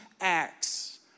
acts